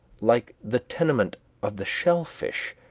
like the tenement of the shellfish,